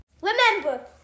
Remember